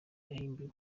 yihimbiye